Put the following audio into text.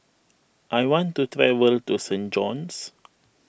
I want to travel to Saint John's